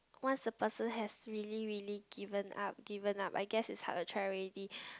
once the person has really really given up given up I guess it's hard to try already